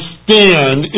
stand